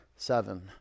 Seven